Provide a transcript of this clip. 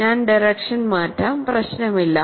ഞാൻ ഡിറക്ഷൻ മാറ്റാം പ്രശ്നമില്ല